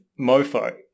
Mofo